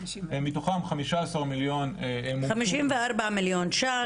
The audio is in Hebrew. מתוכם 15 מיליון מומשו --- 54 מיליון ש"ח,